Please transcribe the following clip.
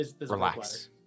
Relax